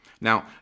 Now